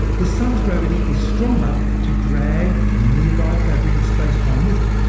the sun's gravity is strong enough to drag the nearby fabric of space-time with it.